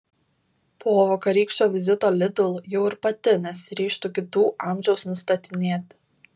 po vakarykščio vizito lidl jau ir pati nesiryžtu kitų amžiaus nustatinėti